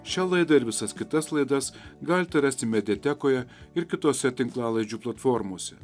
šią laidą ir visas kitas laidas galite rasti mediatekoje ir kitose tinklalaidžių platformose